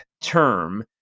term